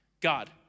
God